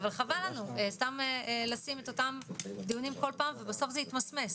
אבל חבל לנו לשים את אותם דיונים כל פעם ובסוף זה יתמסמס.